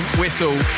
whistle